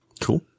Cool